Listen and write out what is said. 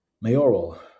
mayoral